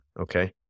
Okay